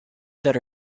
that